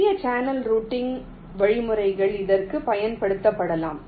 எளிய channel routing வழிமுறைகள் இதற்குப் பயன்படுத்தப்படலாம்